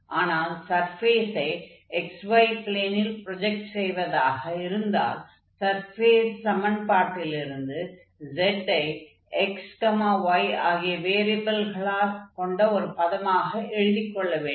ஆனால் சர்ஃபேஸை xy ப்ளெனில் ப்ரொஜக்ட் செய்வதாக இருந்தால் சர்ஃபேஸ் சமன்பாட்டிலிருந்து z ஐ x y ஆகிய வேரியபில்களைக் கொண்ட ஒரு பதமாக எழுதிக் கொள்ள வேண்டும்